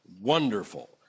wonderful